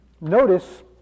notice